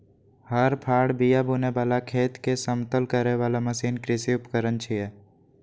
हर, फाड़, बिया बुनै बला, खेत कें समतल करै बला मशीन कृषि उपकरण छियै